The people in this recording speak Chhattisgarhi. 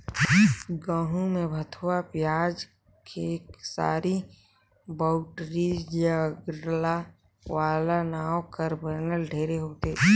गहूँ में भथुवा, पियाजी, खेकसारी, बउटरी, ज्रगला जावा नांव कर बन ढेरे होथे